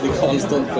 constant